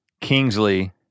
Kingsley